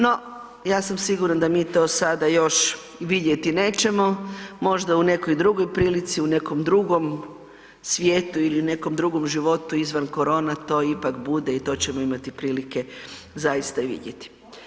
No, ja sam sigurna da mi to sada još vidjeti nećemo, možda u nekoj drugoj prilici, u nekom drugom svijetu ili nekom drugom životu izvan korona to ipak bude i to ćemo imati prilike zaista i vidjeti.